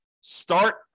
Start